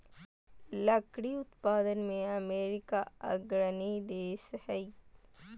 लकड़ी उत्पादन में अमेरिका अग्रणी देश हइ